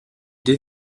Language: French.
deux